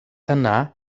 yna